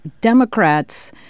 Democrats